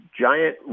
giant